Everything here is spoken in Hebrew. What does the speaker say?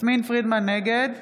נגד